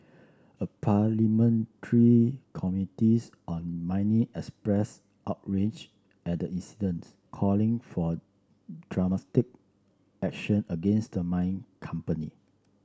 a parliamentary committees on mining expressed outrage at the incident calling for action against the mining company